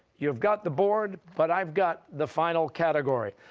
you've got the board, but i've got the final category.